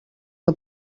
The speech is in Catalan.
que